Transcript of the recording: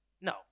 No